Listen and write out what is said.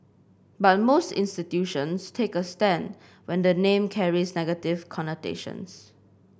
but most institutions take a stand when the name carries negative connotations